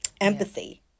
empathy